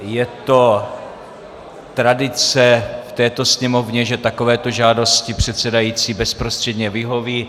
Je to tradice v této Sněmovně, že takovéto žádosti předsedající bezprostředně vyhoví.